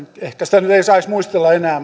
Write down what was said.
ehkä sitä nyt ei saisi muistella enää